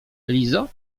lizo